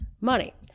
money